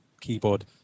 keyboard